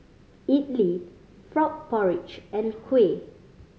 idly frog porridge and kuih